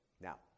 Now